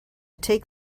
take